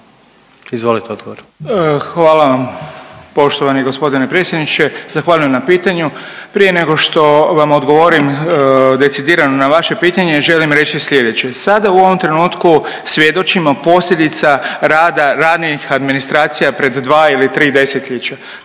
Vili (HDZ)** Hvala vam poštovani g. predsjedniče, zahvaljujem na pitanju. Prije nego što vam odgovorim decidirano na vaše pitanje, želim reći sljedeće. Sada u ovom trenutku svjedočimo posljedica rada ranijih administracija pred dva ili tri desetljeća.